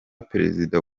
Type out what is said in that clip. perezida